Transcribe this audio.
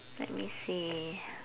let me see